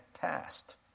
passed